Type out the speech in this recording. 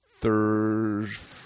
Thursday